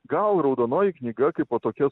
gal raudonoji knyga kaipo tokia